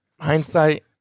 hindsight